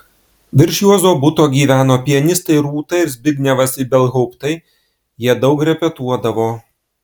virš juozo buto gyveno pianistai rūta ir zbignevas ibelhauptai jie daug repetuodavo